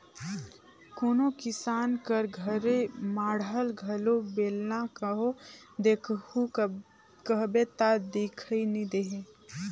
कोनो किसान कर घरे माढ़ल घलो बेलना कहो देखहू कहबे ता दिखई नी देहे